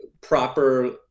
proper